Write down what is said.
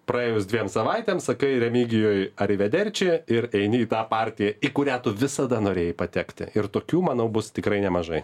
praėjus dviem savaitėm sakai remigijui arivederči ir eini į tą partiją į kurią tu visada norėjai patekti ir tokių manau bus tikrai nemažai